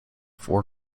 four